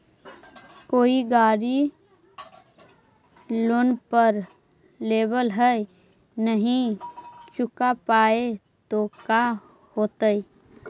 कोई गाड़ी लोन पर लेबल है नही चुका पाए तो का होतई?